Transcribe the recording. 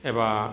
एबा